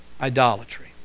idolatry